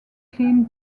clean